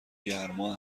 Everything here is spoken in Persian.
گرما